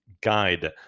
guide